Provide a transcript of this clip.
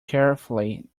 carefully